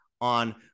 on